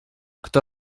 kto